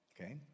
Okay